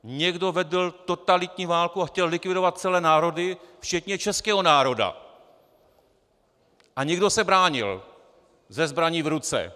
Někdo vedl totalitní válku a chtěl likvidovat celé národy včetně českého národa a někdo se bránil se zbraní v ruce.